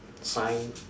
sign